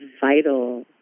vital